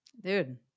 Dude